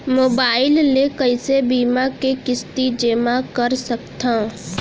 Mobile ले कइसे बीमा के किस्ती जेमा कर सकथव?